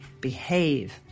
behave